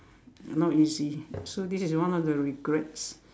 and not easy so this is one of the regrets